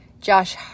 Josh